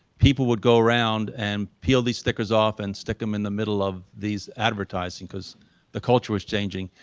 people would go around and peel the stickers off and stick them in the middle of these advertising because the culture is changing.